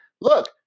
Look